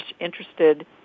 interested